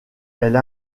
elle